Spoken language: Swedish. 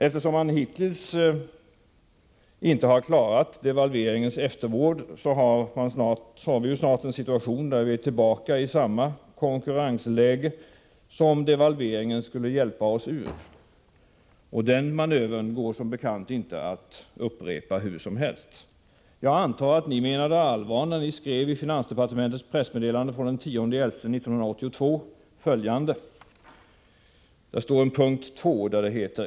Eftersom man hittills inte har klarat devalveringens eftervård har vi snart en situation där vi är tillbaka i samma konkurrensläge som devalveringen skulle hjälpa oss ur. Och den manövern går som bekant inte att upprepa hur som helst. Jag antar att ni menade allvar när ni i finansdepartementets pressmeddelande den 10 november 1982 skrev följande: 2.